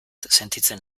sentitzen